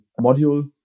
module